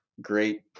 great